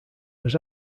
was